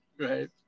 right